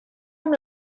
amb